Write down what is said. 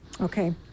okay